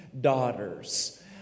Daughters